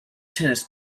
tennis